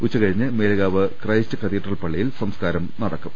ഉച്ചകഴിഞ്ഞ് Melukavu Christ cathedral പള്ളിയിൽ സംസ്കാരം നടക്കും